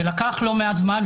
זה לקח לא מעט זמן.